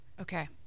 Okay